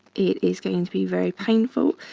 it is going to be very painful.